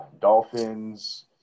Dolphins